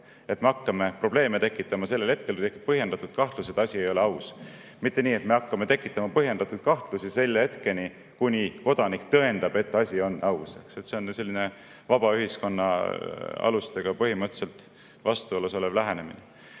ja hakkame probleeme tekitama sellel hetkel, kui tekib põhjendatud kahtlus, et asi ei ole aus, mitte nii, et me hakkame tekitama põhjendatud kahtlusi selle hetkeni, kuni kodanik tõendab, et asi on aus. See on ju vaba ühiskonna alustega põhimõtteliselt vastuolus olev lähenemine. Nii